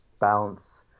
balance